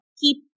keep